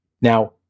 Now